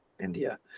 India